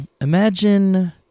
Imagine